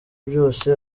byose